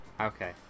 Okay